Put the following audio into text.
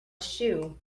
shoe